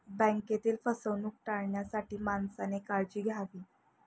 बँकेतील फसवणूक टाळण्यासाठी माणसाने काळजी घ्यावी